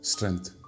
Strength